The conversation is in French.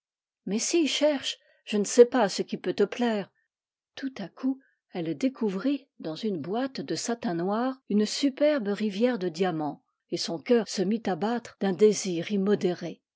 mais si cherche je ne sais pas ce qui peut te plaire tout à coup elle découvrit dans une boîte de satin noir une superbe rivière de diamants et son cœur se mit à battre d'un désir immodéré